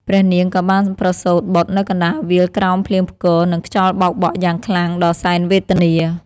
ព្រះនាងក៏បានប្រសូត្របុត្រនៅកណ្ដាលវាលក្រោមភ្លៀងផ្គរ និងខ្យល់បោកបក់យ៉ាងខ្លាំងដ៏សែនវេទនា។